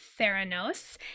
Theranos